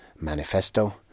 manifesto